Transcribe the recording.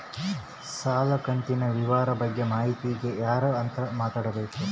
ಸಾಲ ಕಂತಿನ ವಿವರ ಬಗ್ಗೆ ಮಾಹಿತಿಗೆ ಯಾರ ಹತ್ರ ಮಾತಾಡಬೇಕು?